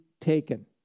taken